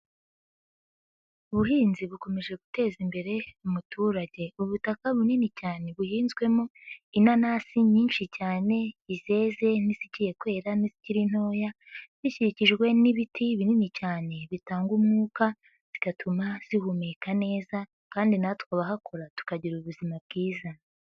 Ubuhinzi bukomeje guteza imbere umuturage. Ubutaka bunini cyane buhinzwemo inanasi nyinshi cyane, izeze n'izigiye kwera n'izikiri ntoya, bikikijwe n'ibiti binini cyane bitanga umwuka, bigatuma zihumeka neza kandi natwe abahakora, tukagira ubuzima bwiza.